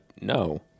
no